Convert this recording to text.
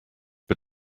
but